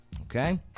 Okay